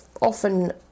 often